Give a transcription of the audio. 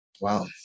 Wow